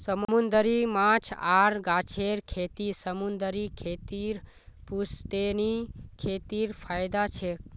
समूंदरी माछ आर गाछेर खेती समूंदरी खेतीर पुश्तैनी खेतीत फयदा छेक